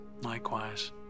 likewise